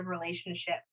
relationship